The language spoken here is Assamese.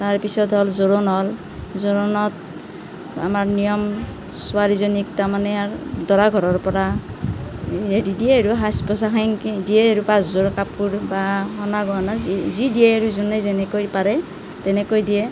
তাৰপিছত হ'ল জোৰোণ হ'ল জোৰোণত আমাৰ নিয়ম ছোৱালীজনীক তাৰমানে আৰু দৰা ঘৰৰপৰা হেৰি দিয়ে আৰু সাজ পোছাক সেইনকে দিয়ে আৰু পাঁচযোৰ কাপোৰ বা সোণ গহনা যি যি দিয়ে আৰু যোনে যেনেকৈ পাৰে তেনেকৈ দিয়ে